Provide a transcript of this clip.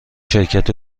شرکت